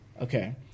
Okay